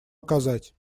оказать